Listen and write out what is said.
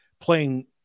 playing